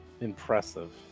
Impressive